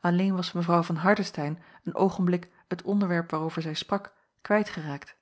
alleen was mevrouw van hardestein een oogenblik het onderwerp waarover zij sprak kwijtgeraakt